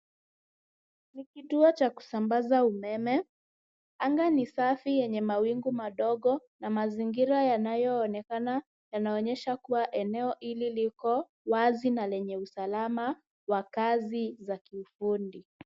Ni kituo cha kusambaza umeme. Anga ni safi yenye mawingu madogo na mazingira yanayoonekana yanaonyesha kuwa eneo hili liko wazi na lenye usalama wa kazi za kiufundi.